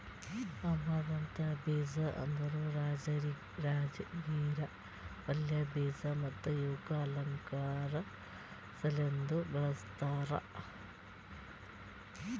amaranth ಬೀಜ ಅಂದುರ್ ರಾಜಗಿರಾ ಪಲ್ಯ, ಬೀಜ ಮತ್ತ ಇವುಕ್ ಅಲಂಕಾರ್ ಸಲೆಂದ್ ಬೆಳಸ್ತಾರ್